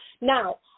Now